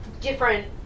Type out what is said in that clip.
different